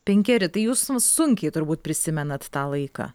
penkeri tai jūs sunkiai turbūt prisimenat tą laiką